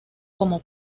como